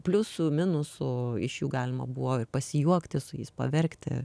pliusų minusų iš jų galima buvo ir pasijuokti su jais paverkti